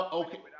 okay